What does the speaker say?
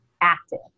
active